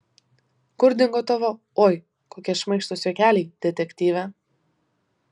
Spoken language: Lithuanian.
kur dingo tavo oi kokie šmaikštūs juokeliai detektyve